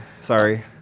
Sorry